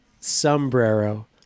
sombrero